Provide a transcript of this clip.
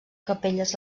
capelles